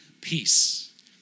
peace